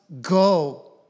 go